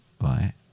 Right